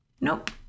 Nope